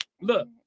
Look